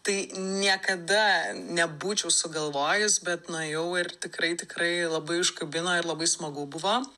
tai niekada nebūčiau sugalvojus bet nuėjau ir tikrai tikrai labai užkabino ir labai smagu buvo